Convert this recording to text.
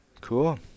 cool